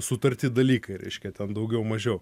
sutarti dalykai reiškia kad daugiau mažiau